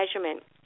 measurement